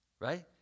right